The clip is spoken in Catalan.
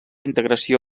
integració